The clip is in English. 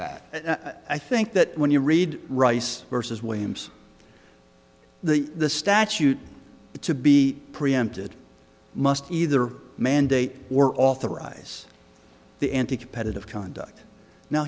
that i think that when you read rice versus williams the the statute to be preempted must either mandate or authorize the anticompetitive conduct now